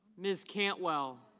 ms. cantwell.